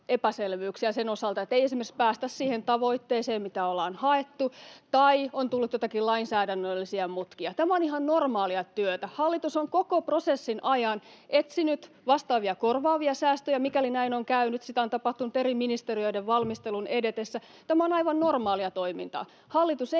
epäselvyyksiä sen osalta, että ei esimerkiksi päästä siihen tavoitteeseen, mitä ollaan haettu, tai on tullut joitakin lainsäädännöllisiä mutkia. Tämä on ihan normaalia työtä. Hallitus on koko prosessin ajan etsinyt vastaavia korvaavia säästöjä, mikäli näin on käynyt. Sitä on tapahtunut eri ministeriöiden valmistelun edetessä. Tämä on aivan normaalia toimintaa.